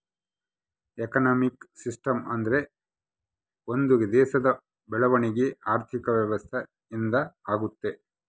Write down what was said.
economic system ಅಂದ್ರೆ ಒಂದ್ ದೇಶದ ಬೆಳವಣಿಗೆ ಆರ್ಥಿಕ ವ್ಯವಸ್ಥೆ ಇಂದ ಆಗುತ್ತ